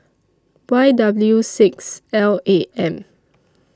Y W six L A M